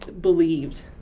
believed